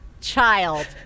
child